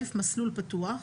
מסלול פתוח,